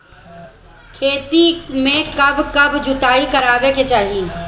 खेतो में कब कब जुताई करावे के चाहि?